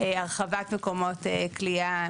הרחבת מקומות כליאה,